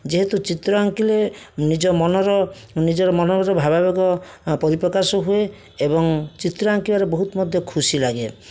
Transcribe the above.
ଯେହେତୁ ଚିତ୍ର ଆଙ୍କିଲେ ନିଜ ମନର ନିଜର ମନର ଯେଉଁ ଭାବାବେଗ ପରିପ୍ରକାଶ ହୁଏ ଏବଂ ଚିତ୍ର ଆଙ୍କିବାରେ ବହୁତ ମଧ୍ୟ ଖୁସି ଲାଗେ